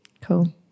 cool